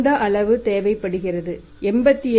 இந்த அளவு தேவைப்படுகிறது 87